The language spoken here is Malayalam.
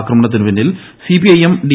ആക്രമണത്തിന് പിന്നിൽ C P I M D